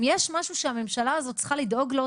אם יש משהו שהממשלה הזאת צריכה לדאוג לו,